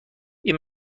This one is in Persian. این